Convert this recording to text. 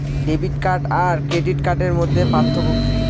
Debit card আর credit কার্ডের মধ্যে পার্থক্য কি?